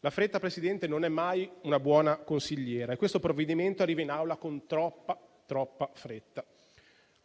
La fretta, signor Presidente, non è mai una buona consigliera e questo provvedimento arriva in Aula con troppa fretta.